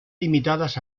limitadas